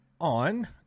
on